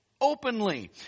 openly